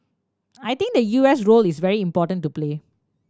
I think the U S role is very important to play